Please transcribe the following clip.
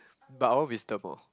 but I always wisdom oh